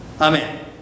Amen